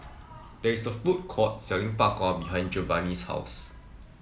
there is a food court selling Bak Kwa behind Giovani's house